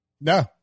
No